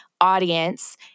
audience